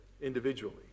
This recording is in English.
individually